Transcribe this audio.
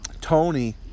Tony